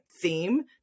theme